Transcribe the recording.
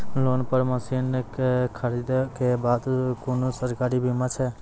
Loan पर मसीनऽक खरीद के बाद कुनू सरकारी बीमा छै?